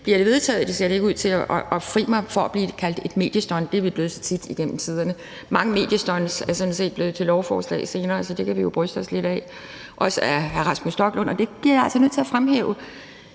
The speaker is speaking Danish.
bliver vedtaget. Det ser det ikke ud til. Og fri mig for at blive kaldt et mediestunt; det er vi blevet så tit igennem tiderne. Mange mediestunts er sådan set blevet til lovforslag senere, så det kan vi jo bryste os lidt af. Og jeg bliver altså nødt til at fremhæve,